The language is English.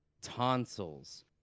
tonsils